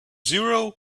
zero